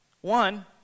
One